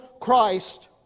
Christ